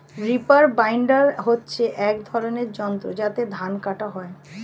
reaper binder হচ্ছে এক ধরনের যন্ত্র যাতে ধান কাটা হয়